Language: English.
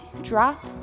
drop